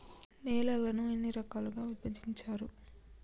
నేలలను ఎన్ని రకాలుగా విభజించారు?